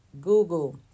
google